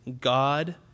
God